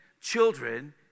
children